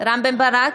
רם בן ברק,